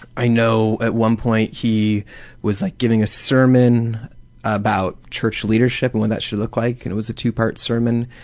i know at one point he was like giving a sermon about church leadership and what that should look like, and it was a two-part sermon,